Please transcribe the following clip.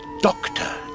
Doctor